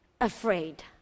afraid